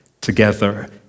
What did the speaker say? together